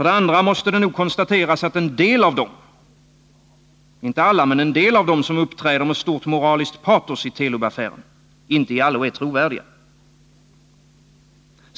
Det måste nog konstateras att en del av dem — inte alla — som uppträder med stort moraliskt patos i Telub-affären inte i allo är trovärdiga.